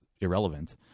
irrelevant